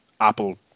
Apple